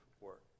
work